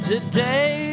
Today